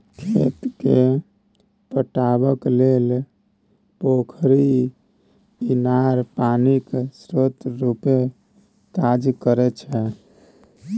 खेत केँ पटेबाक लेल पोखरि, इनार पानिक स्रोत रुपे काज करै छै